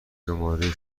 شماره